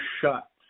shut